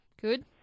Good